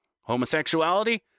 Homosexuality